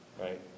Right